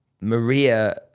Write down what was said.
Maria